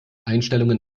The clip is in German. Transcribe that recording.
einstellungen